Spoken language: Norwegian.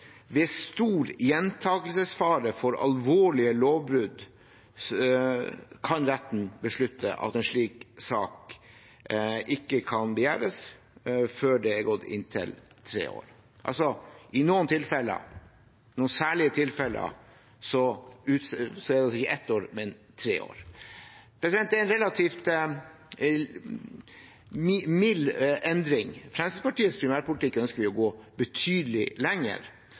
gått inntil 3 år.» I noen tilfeller, i noen særlige tilfeller, er det altså ikke ett år, men tre år. Det er en relativt mild endring. I Fremskrittspartiets primærpolitikk ønsker vi å gå betydelig lenger.